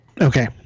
Okay